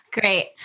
great